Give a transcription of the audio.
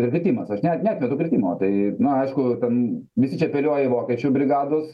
ir kritimas aš net neatmetu kritimo tai nu aišku ten visi čia apeliuoja į vokiečių brigados